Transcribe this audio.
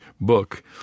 book